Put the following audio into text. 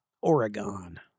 Oregon